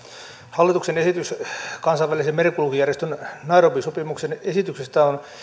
hallituksen esitystä kansainvälisen merenkulkujärjestön nairobin sopimuksen esityksestä on